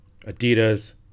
Adidas